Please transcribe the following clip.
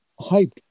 hyped